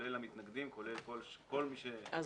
כולל המתנגדים,